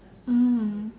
mm